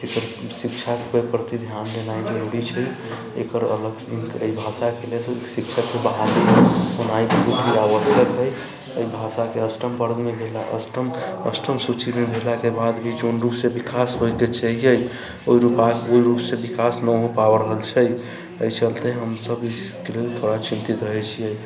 शिक्षा के प्रति ध्यान देनाइ जरूरी छै एकर अलग एहि भाषाके लेल शिक्षकके बहाली होनाइ बहुत ही आवश्यक अछि एहि भाषा के अष्टम वर्ग मे देनाइ अष्टम अष्टम सूची मे भेलाके बाद भी जोन रूप से विकास होइ के चाहिए ओहि रूप से विकास ना हो पा रहल छै एहि चलते हम सब एहिके लेल थोड़ा चिंतित रहै छियै